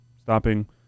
Stopping